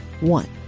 one